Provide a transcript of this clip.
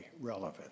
relevant